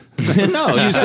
No